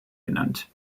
genannt